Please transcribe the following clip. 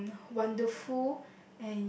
um wonderful